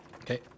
okay